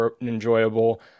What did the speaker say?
enjoyable